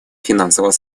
финансового